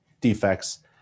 defects